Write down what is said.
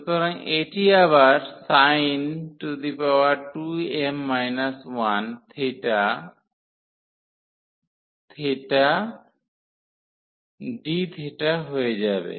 সুতরাং এটি আবার sin2m 1 dθ হয়ে যাবে